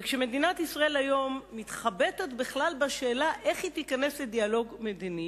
וכשמדינת ישראל היום מתחבטת בכלל בשאלה איך היא תיכנס לדיאלוג מדיני,